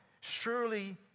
surely